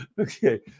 Okay